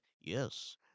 yes